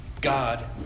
God